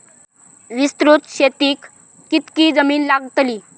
विस्तृत शेतीक कितकी जमीन लागतली?